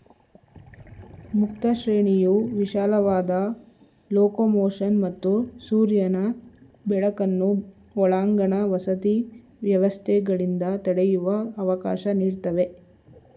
ಮುಕ್ತ ಶ್ರೇಣಿಯು ವಿಶಾಲವಾದ ಲೊಕೊಮೊಷನ್ ಮತ್ತು ಸೂರ್ಯನ ಬೆಳಕನ್ನು ಒಳಾಂಗಣ ವಸತಿ ವ್ಯವಸ್ಥೆಗಳಿಂದ ತಡೆಯುವ ಅವಕಾಶ ನೀಡ್ತವೆ